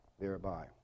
thereby